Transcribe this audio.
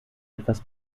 etwas